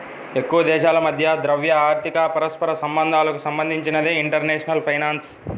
ఎక్కువదేశాల మధ్య ద్రవ్య, ఆర్థిక పరస్పర సంబంధాలకు సంబంధించినదే ఇంటర్నేషనల్ ఫైనాన్స్